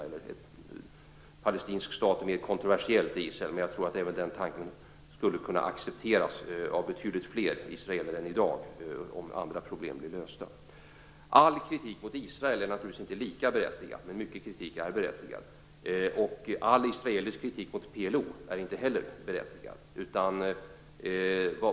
Tanken på en palestinsk stat är mer kontroversiell i Israel, men jag tror att även den tanken skulle kunna accepteras av betydligt fler israeler än i dag om andra problem blev lösta. All kritik mot Israel är naturligtvis inte lika berättigad, men mycket kritik är berättigad. All israelisk kritik mot PLO är inte heller berättigad.